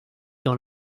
dans